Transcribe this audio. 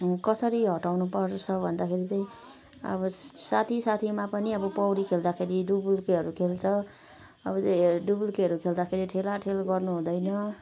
कसरी हटाउनु पर्छ भन्दाखेरि चाहिँ अब साथी साथीमा पनि अब पौढी खेल्दाखेरि डुबुल्कीहरू खेल्छ अब डुबुल्कीहरू खेल्दाखेरि ठेलाठेल गर्नु हुँदैन